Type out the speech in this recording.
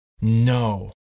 No